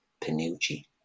Pinucci